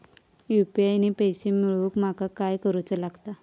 UPI ने पैशे मिळवूक माका काय करूचा लागात?